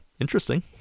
interesting